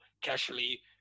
casually